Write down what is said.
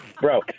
Bro